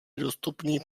dostupný